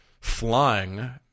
flying